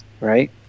right